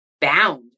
bound